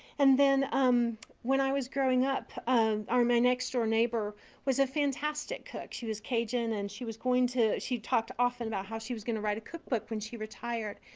and then um when i was growing up our my next door neighbor was a fantastic cook. she was cajun and she was going to she talked often about how she going to write a cookbook when she retired.